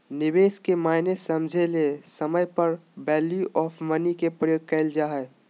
निवेश के मायने समझे ले समय आर वैल्यू ऑफ़ मनी के प्रयोग करल जा हय